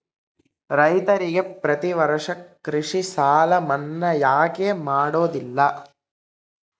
ರೈತರಿಗೆ ಪ್ರತಿ ವರ್ಷ ಕೃಷಿ ಸಾಲ ಮನ್ನಾ ಯಾಕೆ ಮಾಡೋದಿಲ್ಲ?